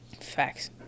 Facts